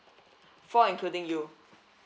four including you